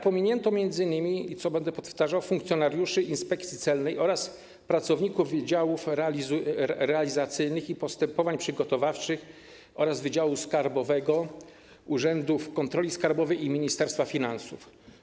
Pominięto m.in., co będę powtarzał, funkcjonariuszy Inspekcji Celnej oraz pracowników działów realizacyjnych i postępowań przygotowawczych oraz wydziałów skarbowych urzędów kontroli skarbowej i Ministerstwa Finansów.